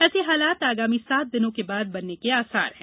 ऐसे हालात अगामी सात दिनों के बाद बनने के आसार है